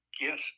Yes